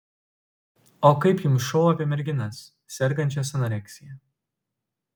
o kaip jums šou apie merginas sergančias anoreksija